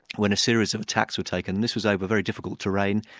when a series of attacks were taken. this was over very difficult terrain,